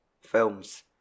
films